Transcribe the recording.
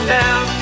down